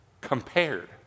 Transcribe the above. Compared